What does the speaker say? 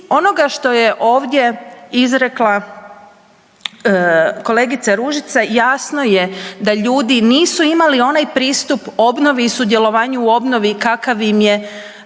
onoga što je ovdje izrekla kolegica Ružica jasno je da ljudi nisu imali onaj pristup obnovi i sudjelovanju u obnovi kakav im je